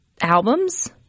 albums